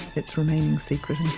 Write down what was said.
it's remaining secret